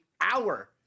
hour